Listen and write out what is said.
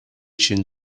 tune